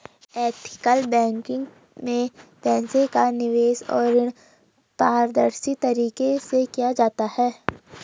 ethical banking में पैसे का निवेश और ऋण पारदर्शी तरीके से किया जाता है